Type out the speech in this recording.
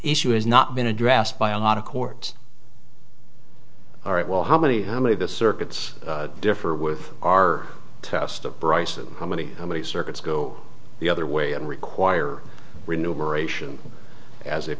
issue has not been addressed by a lot of courts all right well how many how many the circuits differ with our test of bryce's how many how many circuits go the other way and require renumeration as